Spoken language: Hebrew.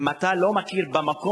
אם אתה לא מכיר במקום,